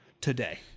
today